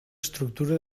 estructura